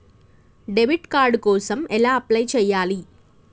Debit card కోసం ఎలా apply చేయాలి?